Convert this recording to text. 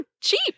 cheap